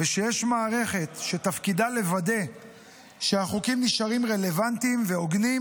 ושיש מערכת שתפקידה לוודא שהחוקים נשארים רלוונטיים והוגנים,